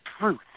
truth